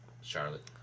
Charlotte